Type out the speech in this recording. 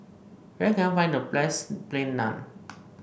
where can I find the best Plain Naan